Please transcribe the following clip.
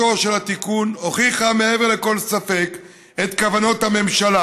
התיקון הוכיחה מעבר לכל ספק את כוונות הממשלה: